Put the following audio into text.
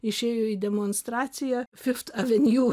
išėjo į demonstraciją fift avenju